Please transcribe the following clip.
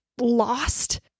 lost